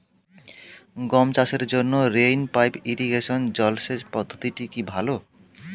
গম চাষের জন্য রেইন পাইপ ইরিগেশন জলসেচ পদ্ধতিটি কি ভালো?